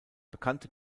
bekannte